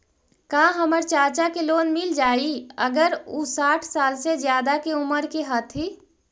का हमर चाचा के लोन मिल जाई अगर उ साठ साल से ज्यादा के उमर के हथी?